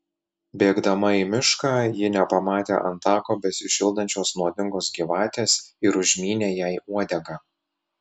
bėgdama į mišką ji nepamatė ant tako besišildančios nuodingos gyvatės ir užmynė jai uodegą